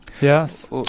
Yes